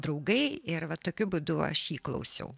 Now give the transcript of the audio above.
draugai ir va tokiu būdu aš jį klausiau